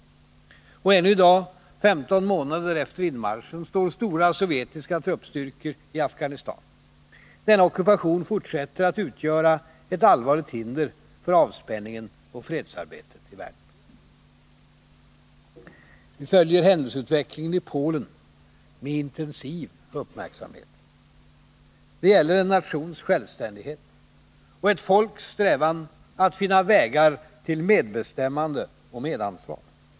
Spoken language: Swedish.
Och ännu i dag, 15 månader efter inmarschen, står stora sovjetiska truppstyrkor i Afghanistan. Denna ockupation fortsätter att utgöra ett allvarligt hinder för avspänningen och fredsarbetet i världen. Vi följer händelseutvecklingen i Polen med intensiv uppmärksamhet. Det gäller en nations självständighet och ett folks strävan att finna vägar till medbestämmande och medansvar.